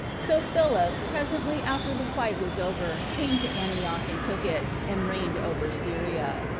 so philip, presently after the fight was over, came to antioch, and took it, and reigned over syria.